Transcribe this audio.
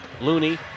Looney